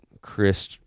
Chris